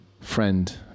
friend